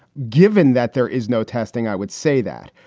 given that there is no testing, i would say that.